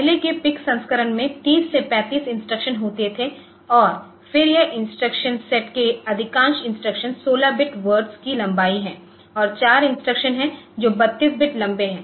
पहले के PIC संस्करण में 30 से 35 इंस्ट्रक्शन होते थे और फिर यह इंस्ट्रक्शन सेट के अधिकांश इंस्ट्रक्शन16 बिट वर्ड्स की लंबाई हैं और 4 इंस्ट्रक्शनहैं जो 32 बिट लंबे हैं